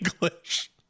English